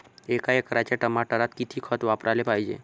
एका एकराच्या टमाटरात किती खत वापराले पायजे?